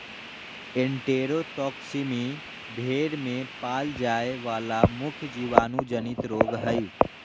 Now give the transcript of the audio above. enterotoxaemia भेड़ में पाल जाय वला मुख्य जीवाणु जनित रोग हइ